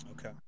Okay